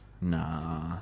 Nah